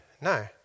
No